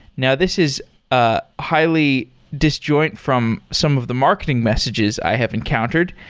now this is ah highly disjoint from some of the marketing messages i have encountered.